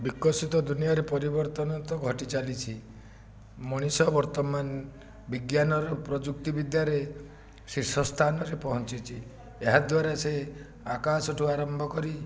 ବିକଶିତ ଦୁନିଆରେ ପରିବର୍ତ୍ତନ ତ ଘଟି ଚାଲିଛି ମଣିଷ ବର୍ତ୍ତମାନ ବିଜ୍ଞାନର ପ୍ରଯୁକ୍ତି ବିଦ୍ୟାରେ ଶୀର୍ଷ ସ୍ଥାନରେ ପହଞ୍ଚିଛି ଏହାଦ୍ୱାରା ସେ ଆକାଶଠୁ ଆରମ୍ଭ କରି